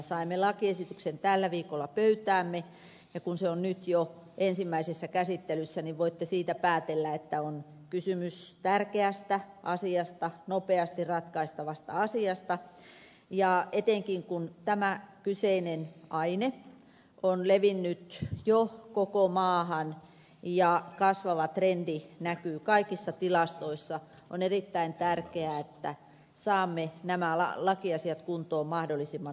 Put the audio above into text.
saimme lakiesityksen tällä viikolla pöytäämme ja kun se on nyt jo ensimmäisessä käsittelyssä niin voitte siitä päätellä että on kysymys tärkeästä asiasta nopeasti ratkaistavasta asiasta etenkin kun tämä kyseinen aine on levinnyt jo koko maahan ja koska kasvava trendi näkyy kaikissa tilastoissa on erittäin tärkeää että saamme nämä lakiasiat kuntoon mahdollisimman nopeasti